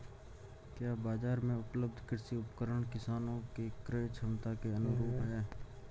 क्या बाजार में उपलब्ध कृषि उपकरण किसानों के क्रयक्षमता के अनुरूप हैं?